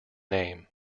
name